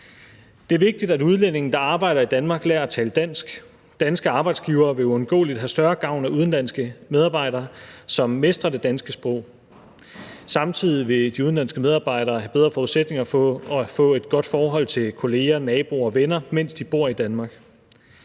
Det er vigtigt, at udlændinge, der arbejder i Danmark, lærer at tale dansk. Danske arbejdsgivere vil uundgåeligt have større gavn af udenlandske medarbejdere, som mestrer det danske sprog. Samtidig vil de udenlandske medarbejdere have bedre forudsætninger for at få et godt forhold til kolleger, naboer og venner, mens de bor i Danmark.